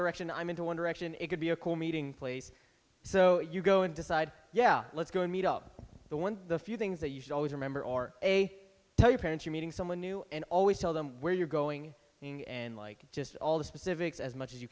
direction i'm into one direction it could be a cool meeting place so you go and decide yeah let's go and meet up the one of the few things that you should always remember or a tell your parents or meeting someone new and always tell them where you're going in and like just all the specifics as much as you